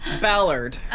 Ballard